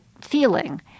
feeling